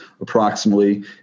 approximately